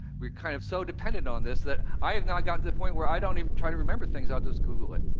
we're kind of so dependent on this that i have now gotten to the point where i don't even try to remember things i'll just google it.